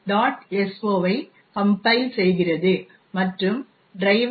so I compile செய்கிறது மற்றும் driver